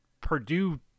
Purdue